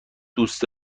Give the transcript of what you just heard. دوست